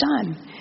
done